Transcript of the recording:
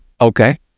Okay